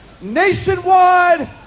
nationwide